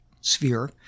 sphere